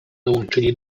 dołączyli